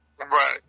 Right